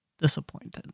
Disappointed